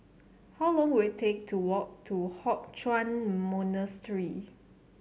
how long will it take to walk to Hock Chuan Monastery